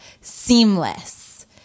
Seamless